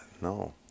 No